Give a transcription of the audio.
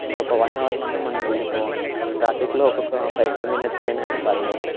ఇంకొక వన్ అవర్లో అన్నా మనం వెళ్ళిపోవాలి ట్రాఫిక్లో ఒక్కక్క ఫైవ్ ఫైవ్ మినిట్స్ అయినా గానీ పర్లేదు